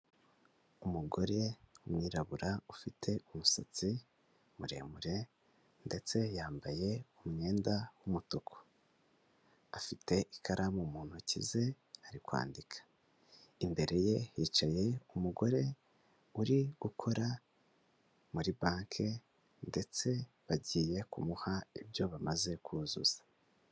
Umugore w'umwirabura ufite umusatsi muremure ndetse yambaye umwenda w'umutuku, afite ikaramu mu ntoki ze ari kwandika, imbere ye hicaye umugore uri gukora muri banke ndetse bagiye kumuha ibyo bamaze kuzuza.